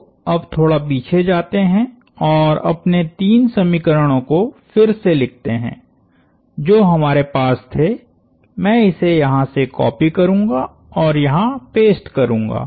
तो अब थोड़ा पीछे जाते है और अपने तीन समीकरणों को फिर से लिखते हैं जो हमारे पास थे मैं इसे यहाँ से कॉपी करूँगा और यहाँ पेस्ट करूँगा